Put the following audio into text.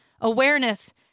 awareness